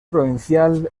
provincial